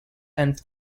and